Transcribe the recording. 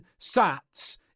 sats